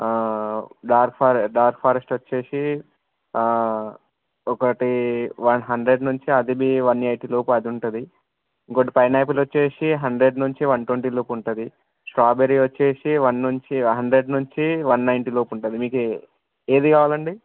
dark fore dark forest వచ్చేసి ఒకటి one hundred నుంచి అది బి వన్ ఎయిటీ లోపు అది ఉంటుంది ఇంకోటి పైనాపిల్ వచ్చేసి హండ్రెడ్ నుంచి వన్ ట్వంటీ లోపు ఉంటుంది స్ట్రాబెరీ ఉంది వచ్చేసి వన్ నుంచి హండ్రెడ్ నుంచి వన్ నైన్టీ లోపు ఉంటుంది మీకే ఏది కావాలి అండి